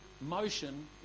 motion